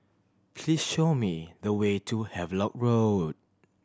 please show me the way to Havelock Road